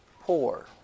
poor